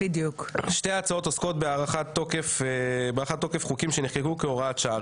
אני קורא: שתי ההצעות עוסקות בהארכת תוקף חוקים שנחקקו כהוראת שעה.